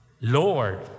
Lord